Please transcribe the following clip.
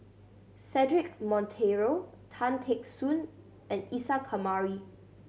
Cedric Monteiro Tan Teck Soon and Isa Kamari